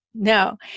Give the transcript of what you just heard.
No